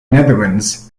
netherlands